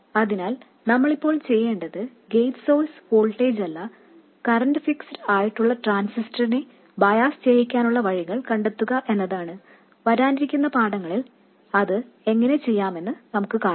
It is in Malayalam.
അതിനാൽ നമ്മൾ ഇപ്പോൾ ചെയ്യേണ്ടത് ഗേറ്റ് സോഴ്സ് വോൾട്ടേജല്ല കറൻറ് ഫിക്സ്ഡ് ആയിട്ടുള്ള ട്രാൻസിസ്റ്ററിനെ ബയാസ് ചെയ്യാനുള്ള വഴികൾ കണ്ടെത്തുക എന്നതാണ് വരാനിരിക്കുന്ന പാഠങ്ങളിൽ അത് എങ്ങനെ ചെയ്യാമെന്ന് നമ്മൾ കാണും